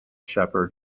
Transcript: shepherd